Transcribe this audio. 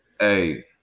Hey